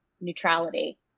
neutrality